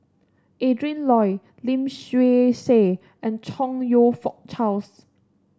Adrin Loi Lim Swee Say and Chong You Fook Charles